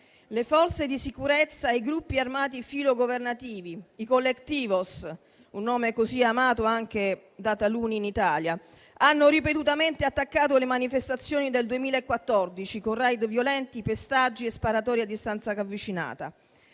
Le forze di sicurezza e i gruppi armati filogovernativi, i *colectivos* (un nome così amato anche da taluni in Italia), hanno ripetutamente attaccato le manifestazioni del 2014 con *raid* violenti, pestaggi e sparatorie a distanza ravvicinata.